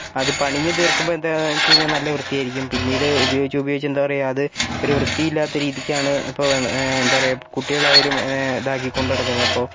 അത് പണിഞ്ഞു തീർക്കുമ്പോൾ എന്താണെന്ന് വെച്ചുകഴിഞ്ഞാൽ നല്ല വൃത്തിയായിരിക്കും പിന്നീട് ഉപയോഗിച്ച് ഉപയോഗിച്ച് എന്താണ് പറയുക അത് ഒരു വൃത്തിയില്ലാത്ത രീതിക്കാണ് ഇപ്പോൾ എന്താണ് പറയുക ഇപ്പോൾ കുട്ടികളായാലും ഇതാക്കിക്കൊണ്ട് നടക്കുന്നത്